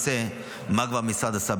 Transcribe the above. למעשה, מה המשרד כבר עשה בעבר?